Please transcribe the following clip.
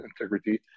integrity